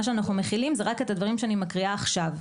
מה אנחנו מחילים זה רק את הדברים שאני מקריאה עכשיו.